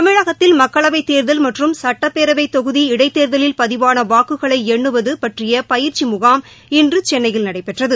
தமிழகத்தில் மக்களவைத் தேர்தல் மற்றும் சுட்டப்பேரவைத் தொகுதி இடைத்தேர்தலில் பதிவான வாக்குகளை எண்ணுவது பற்றிய பயிற்சி முகாம் இன்று சென்னையில் நடைபெற்றது